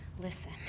listen